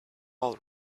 all